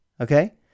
Okay